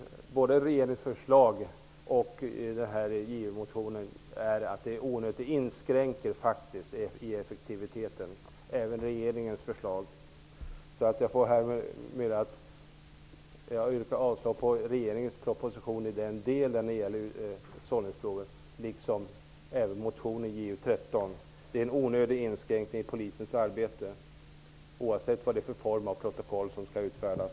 Både regeringens förslag och motionen innebär faktiskt en inskränkning i effektiviteten -- det gäller alltså även regeringens förslag. Jag vill därför yrka avslag på regeringens proposition i den del som rör sållningsprovet liksom även motion Ju13. Det är en onödig inskränkning i polisens arbete, oavsett vad det är för form av protokoll som skall utfärdas.